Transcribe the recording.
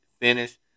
finish